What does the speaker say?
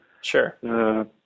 Sure